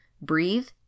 breathe